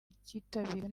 ryitabiriwe